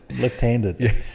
Left-handed